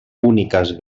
úniques